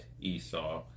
Esau